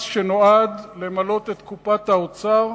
מס שנועד למלא את קופת האוצר,